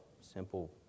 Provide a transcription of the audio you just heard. Simple